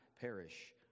perish